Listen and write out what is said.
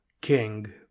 king